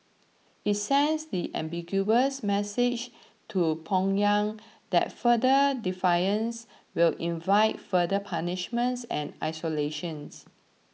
it sends the unambiguous message to Pyongyang that further defiance will invite further punishments and isolations